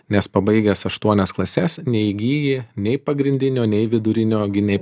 nes pabaigęs aštuonias klases neįgyji nei pagrindinio nei vidurinio gi nei